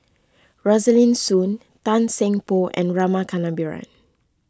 Rosaline Soon Tan Seng Poh and Rama Kannabiran